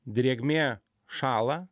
drėgmė šąla